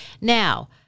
Now